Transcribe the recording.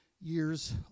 years